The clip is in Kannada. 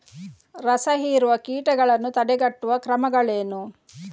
ರಸಹೀರುವ ಕೀಟಗಳನ್ನು ತಡೆಗಟ್ಟುವ ಕ್ರಮಗಳೇನು?